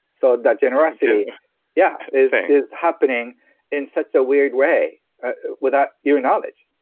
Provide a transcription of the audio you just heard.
so, that generosity yeah is is happening in such a weird way without your knowledge.